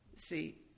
See